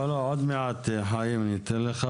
לא, לא, עוד מעט, חיים, ניתן לך.